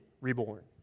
reborn